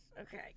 Okay